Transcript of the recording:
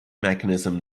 mechanism